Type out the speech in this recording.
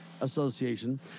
Association